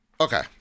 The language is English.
Okay